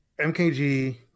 MKG